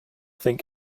think